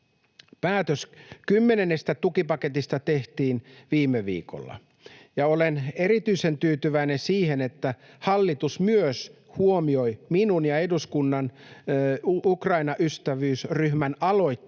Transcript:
Päätös kymmenennestä tukipaketista tehtiin viime viikolla, ja olen erityisen tyytyväinen siihen, että hallitus myös huomioi minun ja eduskunnan Ukraina-ystävyysryhmän aloitteen ja